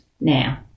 now